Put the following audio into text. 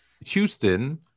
Houston